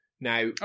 Now